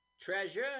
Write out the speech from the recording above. treasure